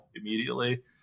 immediately